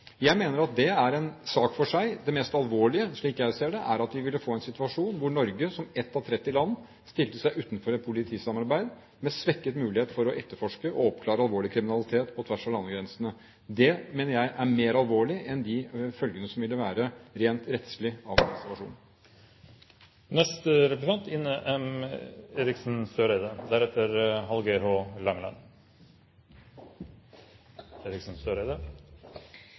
Jeg mener at det er en sak for seg. Det mest alvorlige, slik jeg ser det, er at vi ville fått en situasjon hvor Norge, som ett av 30 land, stilte seg utenfor et politisamarbeid, med svekket mulighet til å etterforske og oppklare alvorlig kriminalitet på tvers av landegrensene. Det mener jeg er mer alvorlig enn de følgene som ville være rent rettslig av